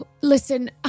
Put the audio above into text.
listen